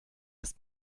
ist